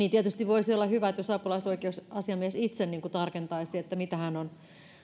keskustelu tietysti voisi olla hyvä jos apulaisoikeusasiamies itse tarkentaisi mitä hän on